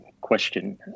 question